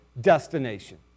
destination